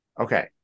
Okay